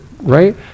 right